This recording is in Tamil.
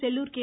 செல்லூர் கே